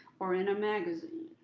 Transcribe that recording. or in a magazine.